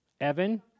Evan